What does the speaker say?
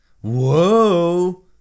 Whoa